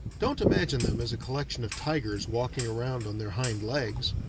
don't imagine them as a collection of tigers walking around on their hind-legs.